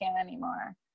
anymore